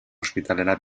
ospitalera